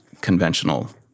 conventional